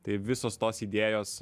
tai visos tos idėjos